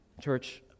Church